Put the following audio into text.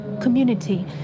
community